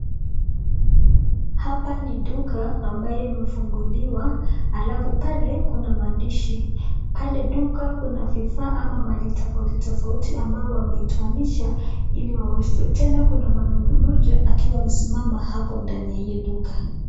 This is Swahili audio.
Hapa ni duka ambaye imefunguliwa alafu pale kuna mandishi, pale duka vifaa ama mali tafauti tafauti ambao wametoanisha hili waweze, tena kuna mwanaume akiwa amesimama hapo ndani ya hiyo duka.